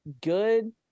Good